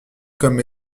comme